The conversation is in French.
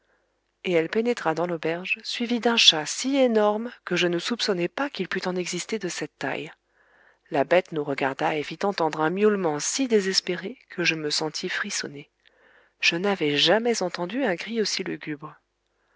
et elle pénétra dans l'auberge suivie d'un chat si énorme que je ne soupçonnais pas qu'il pût en exister de cette taille la bête nous regarda et fit entendre un miaulement si désespéré que je me sentis frissonner je n'avais jamais entendu un cri aussi